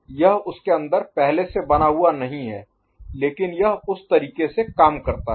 तो यह यह उसके अंदर पहले से बना हुआ नहीं है लेकिन यह उस तरीके से काम करता है